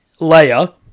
Leia